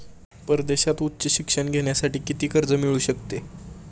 परदेशात उच्च शिक्षण घेण्यासाठी किती कर्ज मिळू शकते?